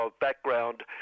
background